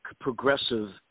progressive